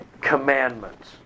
commandments